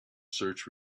search